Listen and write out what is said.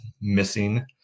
missing